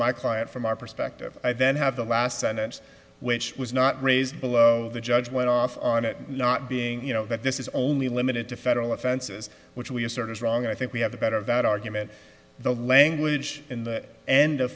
my client from our perspective i then have the last sentence which was not raised below the judge went off on it not being you know that this is only limited to federal offenses which we assert is wrong i think we have the better of that argument the language in the end